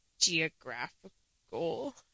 geographical